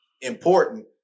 important